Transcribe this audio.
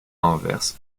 anvers